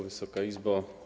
Wysoka Izbo!